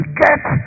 get